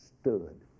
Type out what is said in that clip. stood